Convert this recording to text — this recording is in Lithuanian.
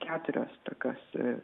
keturios tokios